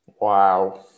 Wow